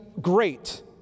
great